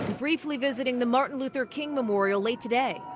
briefly visiting the martin luther king memorial late today.